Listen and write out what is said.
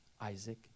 Isaac